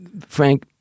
Frank